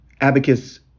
abacus